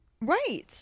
Right